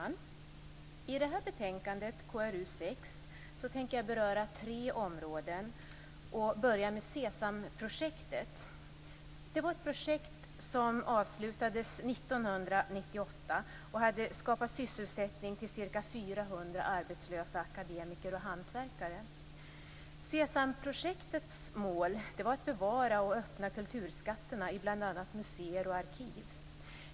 Fru talman! I fråga om betänkande KrU6 tänker jag beröra tre områden. Jag börjar med Sesamprojektet, ett projekt som avslutades 1998 och som skapat sysselsättning till ca 400 arbetslösa akademiker och hantverkare. Sesamprojektets mål var att bevara och öppna kulturskatterna i bl.a. museer och arkiv.